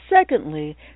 secondly